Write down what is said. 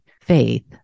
faith